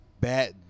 bad